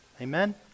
Amen